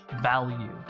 value